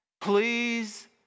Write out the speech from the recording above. Please